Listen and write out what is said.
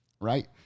right